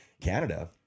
canada